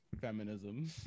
feminism